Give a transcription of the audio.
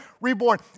reborn